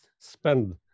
spend